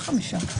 חמישה.